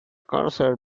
cursor